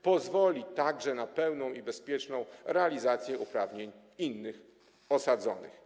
Pozwoli to także na pełną i bezpieczną realizacje uprawnień innych osadzonych.